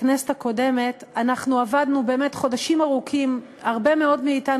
בכנסת הקודמת אנחנו עבדנו באמת חודשים ארוכים הרבה מאוד מאתנו